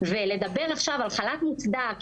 ולדבר עכשיו על חל"ת מוצדק,